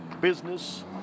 Business